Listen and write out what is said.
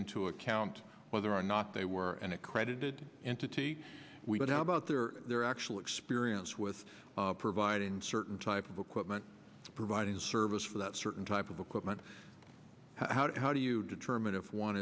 into account whether or not they were an accredited entity we would how about their their actual experience with providing certain type of equipment providing service for that certain type of equipment how do you determine if one